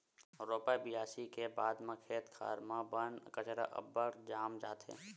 रोपा बियासी के बाद म खेत खार म बन कचरा अब्बड़ जाम जाथे